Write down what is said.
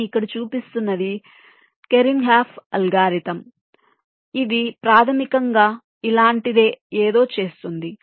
నేను ఇక్కడ చూపిస్తున్నది కెర్నిఘన్ లిన్స్ అల్గోరిథం ఇది ప్రాథమికంగా ఇలాంటిదే ఎదో చేస్తోంది